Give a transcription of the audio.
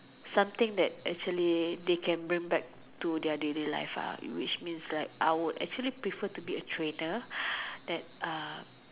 something that actually they can bring back to their daily life ah which means like I would actually want to be a trainer at uh